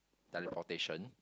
teleportation